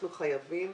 אנחנו חייבים